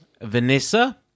Vanessa